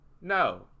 No